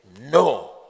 no